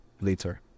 later